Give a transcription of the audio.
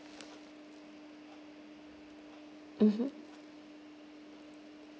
mmhmm